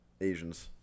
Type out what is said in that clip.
Asians